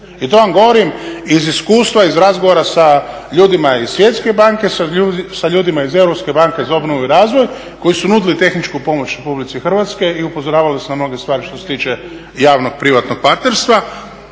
i to vam govorim iz iskustva, iz razgovora sa ljudima iz Svjetske banke, sa ljudima iz Europske banke za obnovu i razvoj koji su nudili tehničku pomoć Republici Hrvatskoj i upozoravali su na mnoge stvari što se tiče javno privatnog partnerstva.